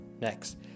next